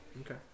Okay